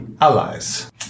allies